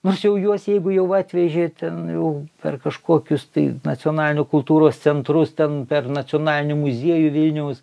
nors jau juos jeigu jau atvežė ten per kažkokius tai nacionalinių kultūros centrus ten per nacionalinį muziejų vilniaus